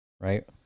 right